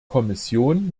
kommission